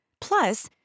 Plus